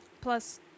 plus